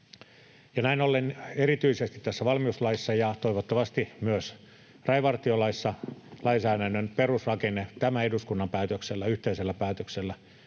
Näin ollen erityisesti tässä valmiuslaissa ja toivottavasti myös rajavartiolaissa lainsäädännön perusrakenne tämän eduskunnan yhteisellä päätöksellä